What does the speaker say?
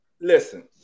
Listen